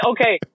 Okay